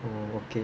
orh okay